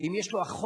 ואם יש לו אחות,